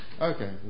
Okay